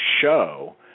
show